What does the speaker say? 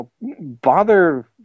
bother